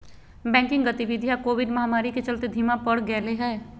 banking गतिवीधियां Covid महामारी के चलते धीमा पड़ गेले हें